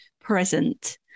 present